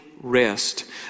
rest